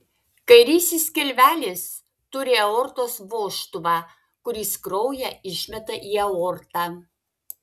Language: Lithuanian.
kairysis skilvelis turi aortos vožtuvą kuris kraują išmeta į aortą